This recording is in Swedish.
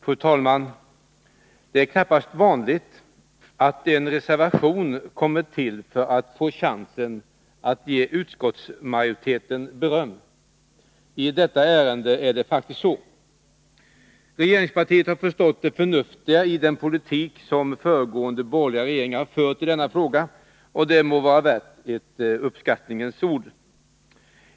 Fru talman! Det är knappast vanligt att en reservation kommer till för att man skall få chansen att ge utskottsmajoriteten beröm. I detta ärende är det faktiskt så. Regeringspartiet har förstått det förnuftiga i den politik som föregående borgerliga regeringar har fört i denna fråga, och det må vara värt ett uppskattningens ord.